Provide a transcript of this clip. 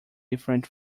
different